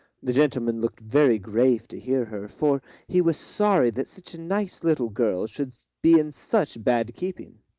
the gentleman looked very grave to hear her, for he was sorry that such a nice little girl should be in such bad keeping.